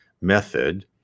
method